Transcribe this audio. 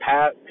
Pat